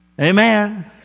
Amen